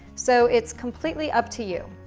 so it's completely up to you.